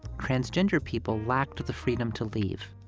transgender people lacked the freedom to leave.